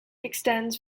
extends